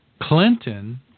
Clinton